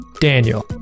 Daniel